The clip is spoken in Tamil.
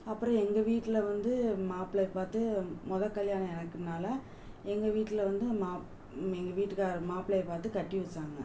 அப்பறம் எங்கள் வீட்டில வந்து மாப்பிளைய பார்த்து முத கல்யாணம் எனக்குனால எங்கள் வீட்டில வந்து மாப் எங்க வீட்டுக்காரங்கள் மாப்பிளைய பார்த்துக் கட்டி வச்சாங்க